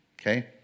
Okay